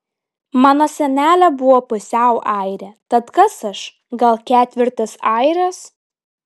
mano senelė buvo pusiau airė tad kas aš gal ketvirtis airės